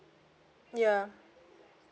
ya